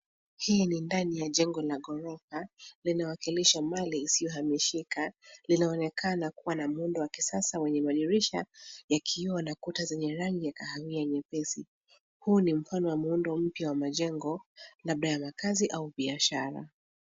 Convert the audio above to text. Hii ni ndani ya jengo la ghorofa linaoakilisha mali isiohamishika. Linaonekana kuwa na muundo wa kisasa wenye madirisha ya kioo ,na kuta zenye rangi ya kahawia, nyepesi. Huu ni mfano wa muundo mpya wa majengo labda ya makazi au biashara.